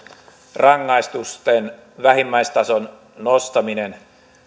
rangaistusten vähimmäistason nostaminen